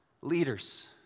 leaders